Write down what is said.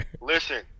Listen